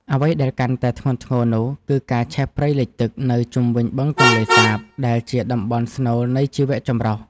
អ្វីដែលកាន់តែធ្ងន់ធ្ងរនោះគឺការឆេះព្រៃលិចទឹកនៅជុំវិញបឹងទន្លេសាប ដែលជាតំបន់ស្នូលនៃជីវចម្រុះ។